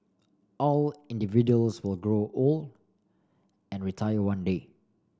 all individuals will grow old and retire one day